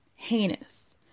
Heinous